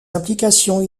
implications